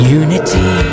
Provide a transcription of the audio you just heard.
unity